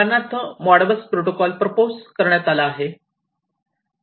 उदाहरणार्थ Modbus protocol propose करण्यात आला आहे